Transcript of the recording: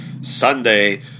Sunday